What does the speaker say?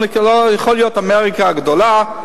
יכול להיות, אמריקה גדולה,